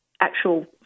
actual